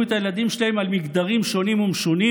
את הילדים שלהם על מגדרים שונים ומשונים?